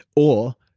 or,